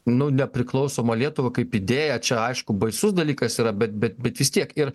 nu nepriklausomą lietuvą kaip idėją čia aišku baisus dalykas yra bet bet bet vis tiek ir